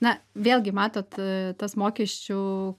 na vėlgi matot tas mokesčių